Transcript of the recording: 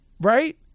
right